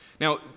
Now